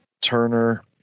Turner